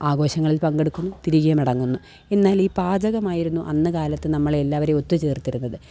ആഘോഷങ്ങളിൽ പങ്കെടുക്കുന്നു തിരികെ മടങ്ങുന്നു എന്നാലീ പാചകമായിരുന്നു അന്ന് കാലത്ത് നമ്മളെ എല്ലാവരേം ഒത്തു ചേർത്തിരുന്നത്